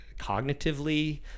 cognitively